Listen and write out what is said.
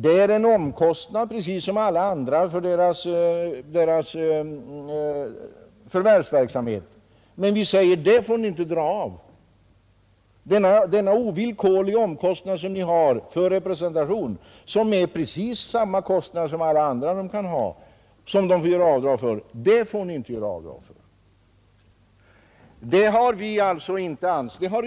Det är en omkostnad som alla andra i företags förvärvsverksamhet; skall vi då säga att dessa ovillkorliga omkostnader för representation — som är helt likställda med alla andra kostnader som företaget har och får göra avdrag för — får ni inte dra av? Tidigare har riksdagen inte ansett sig kunna